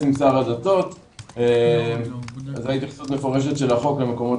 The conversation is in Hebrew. עם שר הדתות וזו ההתייחסות המפורשת של החוק למקומות